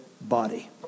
body